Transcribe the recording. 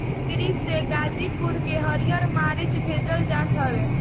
cargo से गाजीपुर के हरिहर मारीचा भेजल जात हवे